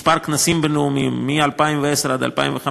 מספר הכנסים בין-לאומיים מ-2010 עד 2015: